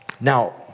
Now